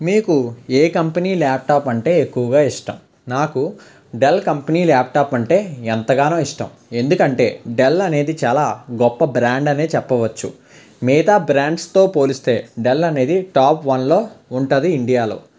మీకు ఏ company laptop అంటే ఎక్కువగా ఇష్టం నాకు డెల్ కంపెనీ ల్యాప్టాప్ అంటే ఎంతగానో ఇష్టం ఎందుకంటే డెల్ అనేది చాలా గొప్ప బ్రాండ్ అనే చెప్పవచ్చు మిగతా బ్రాండ్స్ తో పోలిస్తే డెల్ అనేది టాప్ వన్లో ఉంటుంది ఇండియాలో